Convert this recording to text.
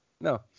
No